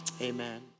amen